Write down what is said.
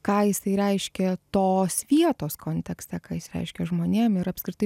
ką jisai reiškė tos vietos kontekste ką jis reiškė žmonėm ir apskritai